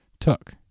took